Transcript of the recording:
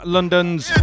London's